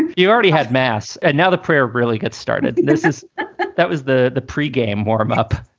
you already had mass and now the prayer really gets started. this is that was the the pre-game warm up.